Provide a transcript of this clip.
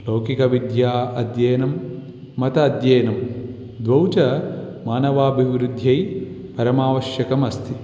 लौकिकविद्या अध्ययनं मतम् अध्ययनं दौ च मानवाभिवृध्यै परमावश्यकमस्ति